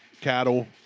cattle